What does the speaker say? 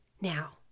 Now